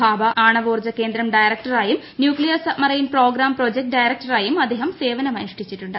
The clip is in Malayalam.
ഭാഭ ആണവോർജ കേന്ദ്രം ഡയറക്ടറായും ന്യൂക്ലിയർ സബ്മറൈൻ പ്രോഗ്രാം പ്രോജക്ട് ഡയറക്ടറായും അദ്ദേഹം സേവനമനുഷ്ഠിച്ചിട്ടുണ്ട്